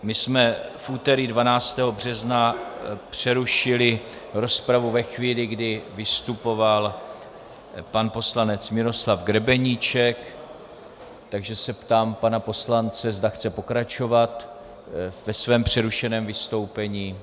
My jsme v úterý 12. března přerušili rozpravu ve chvíli, kdy vystupoval pan poslanec Miroslav Grebeníček, takže se ptám pana poslance, zda chce pokračovat ve svém přerušeném vystoupení.